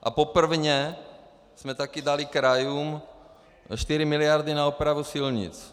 A poprvé jsme taky dali krajům čtyři miliardy na opravu silnic.